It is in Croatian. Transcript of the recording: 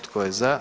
Tko je za?